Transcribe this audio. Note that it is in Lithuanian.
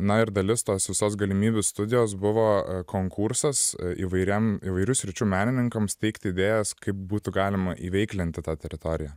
na ir dalis tos visos galimybių studijos buvo konkursas įvairiam įvairių sričių menininkams teikti idėjas kaip būtų galima įveiklinti tą teritoriją